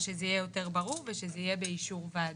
שזה יהיה יותר ברור ושזה יהיה באישור ועדה.